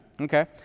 Okay